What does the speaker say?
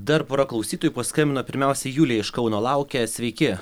dar pora klausytojų paskambino pirmiausia julija iš kauno laukia sveiki